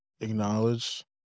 acknowledge